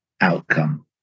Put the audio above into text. outcome